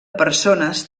persones